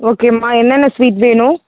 ஓகேம்மா என்னென்ன ஸ்வீட் வேணும்